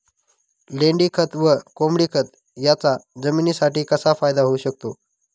लेंडीखत व कोंबडीखत याचा जमिनीसाठी कसा फायदा होऊ शकतो?